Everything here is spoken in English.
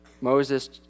Moses